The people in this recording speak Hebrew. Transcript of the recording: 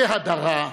בהדרה,